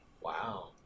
Wow